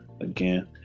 Again